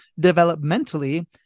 developmentally